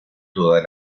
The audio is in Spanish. toda